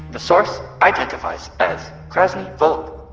the source identifies as krasnyy volk,